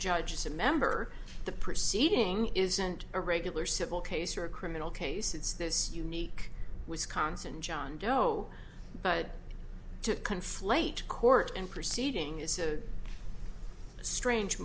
judge is a member the proceeding isn't a regular civil case or a criminal case it's this unique wisconsin john doe but to conflate court and proceeding is a strange